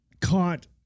caught